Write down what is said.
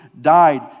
died